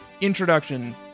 introduction